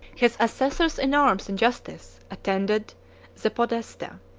his assessors in arms and justice, attended the podesta,